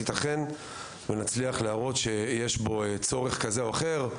ייתכן ונצליח להראות שיש בו צורך כזה או אחר,